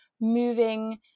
moving